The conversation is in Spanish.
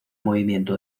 movimiento